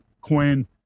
coin